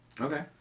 Okay